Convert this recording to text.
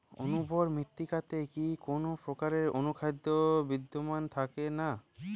অনুর্বর মৃত্তিকাতে কি কোনো প্রকার অনুখাদ্য বিদ্যমান থাকে না?